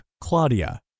Claudia